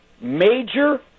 major